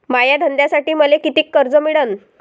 माया धंद्यासाठी मले कितीक कर्ज मिळनं?